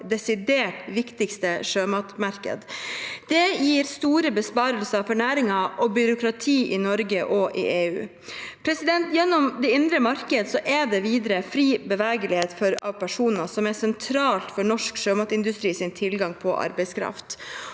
viktigste sjømatmarked. Det gir store besparelser for næringen og byråkratiet i Norge og i EU. Gjennom det indre marked er det videre fri bevegelighet av personer, som er sentralt for norsk sjømatindustris tilgang på arbeidskraft.